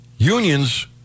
Unions